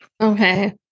Okay